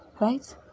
Right